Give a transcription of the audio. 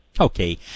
Okay